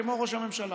כמו ראש הממשלה.